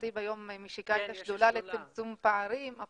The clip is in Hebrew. ח'טיב היום משיקה את השדולה לצמצום פערים,